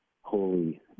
holy